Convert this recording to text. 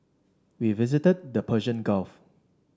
we visited the Persian Gulf